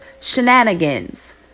Shenanigans